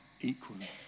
equally